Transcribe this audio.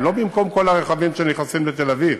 הם לא במקום כל הרכבים שנכנסים לתל-אביב,